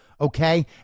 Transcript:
okay